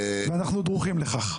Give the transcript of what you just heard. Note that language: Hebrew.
ואנחנו דרוכים לכך.